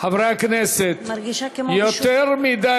חברי הכנסת, אני מרגישה כמו בשוק.